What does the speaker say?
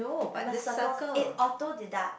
I'm a Circles eh auto deduct